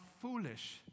foolish